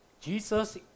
Jesus